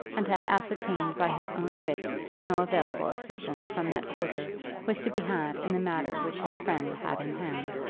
and had ascertained by his own wit that no available assistance from that quarter was to be had in the matter which his friend had in hand.